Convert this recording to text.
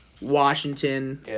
Washington